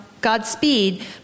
Godspeed